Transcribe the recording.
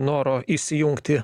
noro įsijungti